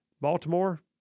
Baltimore